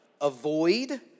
Avoid